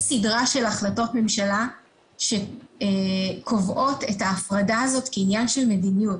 יש סדרה של החלטות ממשלה שקובעות את ההפרדה הזאת כעניין של מדיניות.